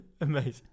Amazing